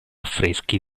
affreschi